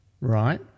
Right